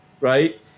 right